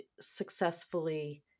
successfully